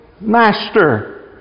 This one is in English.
Master